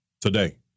today